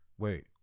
Wait